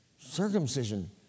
circumcision